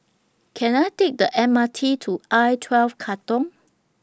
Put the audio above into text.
Can I Take The M R T to I twelve Katong